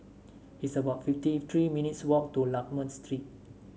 it's about fifty three minutes' walk to Lakme Street